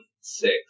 six